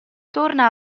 torna